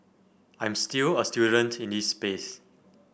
I'm still a student in this space